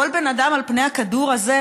כל בן אדם על פני הכדור הזה,